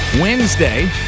Wednesday